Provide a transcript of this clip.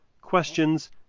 questions